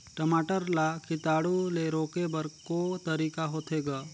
टमाटर ला कीटाणु ले रोके बर को तरीका होथे ग?